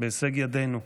בהישג ידינו,